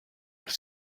are